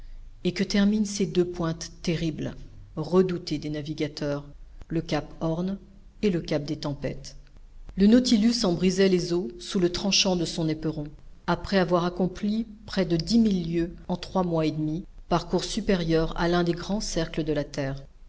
et que terminent ces deux pointes terribles redoutées des navigateurs le cap horn et le cap des tempêtes le nautilus en brisait les eaux sous le tranchant de son éperon après avoir accompli près de dix mille lieues en trois mois et demi parcours supérieur à l'un des grands cercles de la terre